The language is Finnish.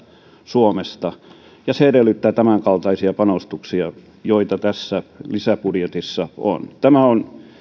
suomesta se edellyttää tämänkaltaisia panostuksia joita tässä lisäbudjetissa on tämä on